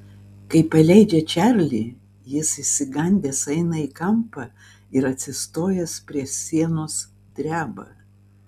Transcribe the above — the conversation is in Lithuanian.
kai paleidžia čarlį jis išsigandęs eina į kampą ir atsistojęs prie sienos dreba